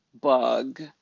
bug